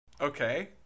Okay